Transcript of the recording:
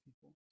people